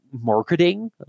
marketing